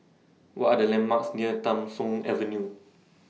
What Are The landmarks near Tham Soong Avenue